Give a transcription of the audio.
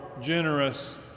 generous